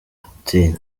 ati